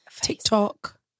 TikTok